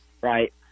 right